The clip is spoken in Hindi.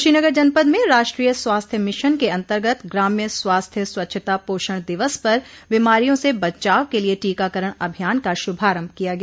कुशीनगर जनपद में राष्ट्रीय स्वास्थ्य मिशन के अन्तर्गत ग्राम्य स्वास्थ्य स्वच्छता पोषण दिवस पर बीमारियों से बचाव के लिए टीकाकरण अभियान का श्रभारम्भ किया गया